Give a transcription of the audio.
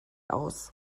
aus